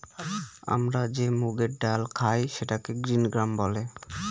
আমরা যে মুগের ডাল খায় সেটাকে গ্রিন গ্রাম বলে